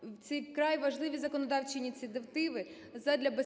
важливі законодавчі ініціативи задля безпеки